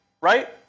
right